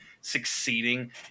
succeeding